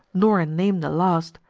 nor in name the last,